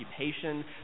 occupation